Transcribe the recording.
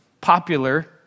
popular